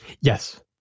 yes